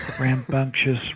rambunctious